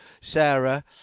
Sarah